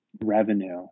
revenue